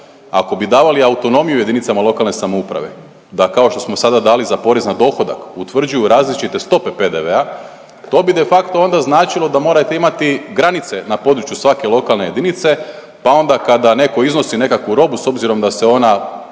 ako bi davali autonomiju jedinicama lokalne samouprave da kao što smo sada dali za porez na dohodak utvrđuju različite stope PDV-a to bi de facto onda značilo da morate imati granice na području svake lokalne jedinice, pa onda kada neko iznosi nekakvu robu s obzirom da se ona